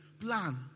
Plan